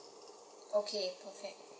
okay okay